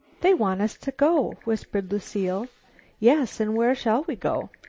they want us to go, whispered lucile. yes, and where shall we go?